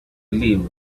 believe